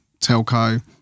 telco